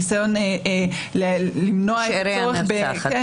ניסיון למנוע את הצורך --- שארי הנרצחת,